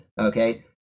okay